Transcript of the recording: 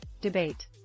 debate